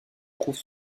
trouve